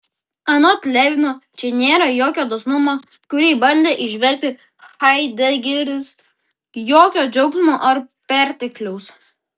anot levino čia nėra jokio dosnumo kurį bandė įžvelgti haidegeris jokio džiaugsmo ar pertekliaus